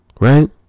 right